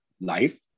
Life